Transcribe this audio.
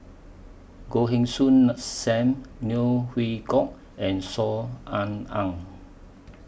Goh Heng Soon SAM Neo Chwee Kok and Saw Ean Ang